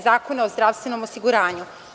Zakona o zdravstvenom osiguranju.